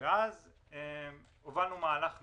אז הובלנו מהלך נוסף,